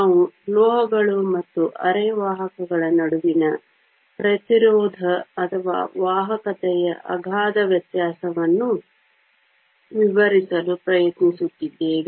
ನಾವು ಲೋಹಗಳು ಮತ್ತು ಅರೆವಾಹಕಗಳ ನಡುವಿನ ಪ್ರತಿರೋಧ ಅಥವಾ ವಾಹಕತೆಯ ಅಗಾಧ ವ್ಯತ್ಯಾಸವನ್ನು ವಿವರಿಸಲು ಪ್ರಯತ್ನಿಸುತ್ತಿದ್ದೇವೆ